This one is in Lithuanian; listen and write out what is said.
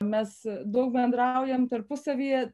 mes daug bendraujam tarpusavyje